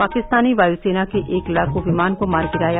पाकिस्तानी वायुसेना के एक लड़ाकू विमान को मार गिराया